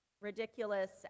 Ridiculous